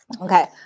Okay